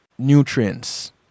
Nutrients